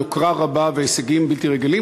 יוקרה רבה והישגים בלתי רגילים.